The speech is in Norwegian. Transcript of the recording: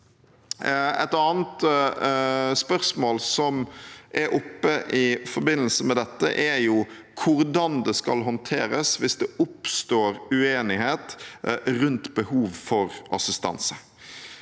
Et annet spørsmål som er oppe i forbindelse med dette, er hvordan det skal håndteres hvis det oppstår uenighet rundt behov for assistanse.